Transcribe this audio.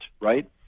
right